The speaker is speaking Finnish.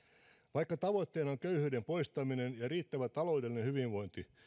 vaikka tavoitteena on köyhyyden poistaminen ja riittävä taloudellinen hyvinvointi